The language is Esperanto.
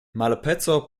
malpaco